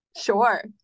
Sure